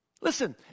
Listen